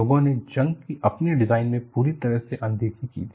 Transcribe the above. लोगों ने जंग की अपने डिजाइन में पूरी तरह से अनदेखी की थी